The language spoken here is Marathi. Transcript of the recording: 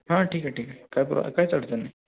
हां ठीक आहे ठीक आहे काय प्रॉ कायच अडचण नाही